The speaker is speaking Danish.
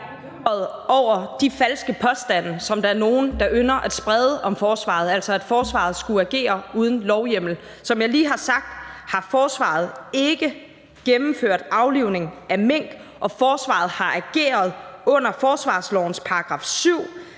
over de falske påstande, som der er nogen, der ynder at sprede, om forsvaret, altså at forsvaret skulle agere uden lovhjemmel. Som jeg lige har sagt, har forsvaret ikke gennemført aflivning af mink, og forsvaret har ageret under forsvarslovens § 7,